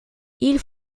ils